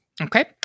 Okay